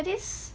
at this